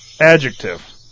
Adjective